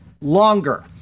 longer